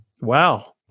Wow